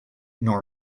nor